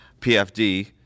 PFD